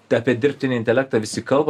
tai apie dirbtinį intelektą visi kalba